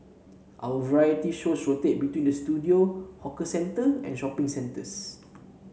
our variety shows rotate between the studio hawker centre and shopping centres